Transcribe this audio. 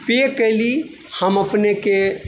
पे कयली हम अपनेके